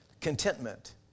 contentment